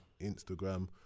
Instagram